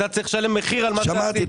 אתה צריך לשלם מחיר על מה שעשית.